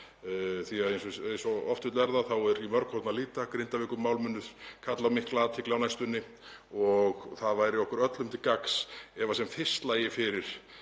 því að eins og oft vill verða þá er í mörg horn að líta. Grindavíkurmál munu kalla á mikla athygli á næstunni og það væri okkur öllum til gagns ef sem fyrst lægi fyrir